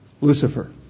Lucifer